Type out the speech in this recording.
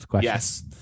Yes